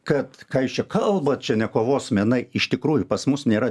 kad ką jūs čia kalbat čia ne kovos menai iš tikrųjų pas mus nėra